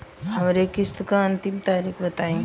हमरे किस्त क अंतिम तारीख बताईं?